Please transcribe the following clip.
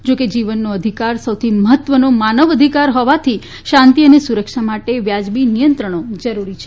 જા કે જીવનનો અધિકાર સૌથી મહત્વનો માનવાધિકાર હોવાથી શાંતિ અને સુરક્ષા માટે વાજબી નિયંત્રણો જરૂરી છે